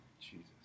Jesus